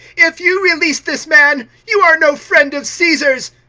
if you release this man, you are no friend of caesar's.